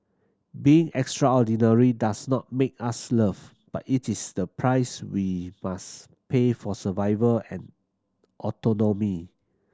being extraordinary does not make us loved but it is the price we must pay for survival and autonomy